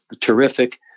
terrific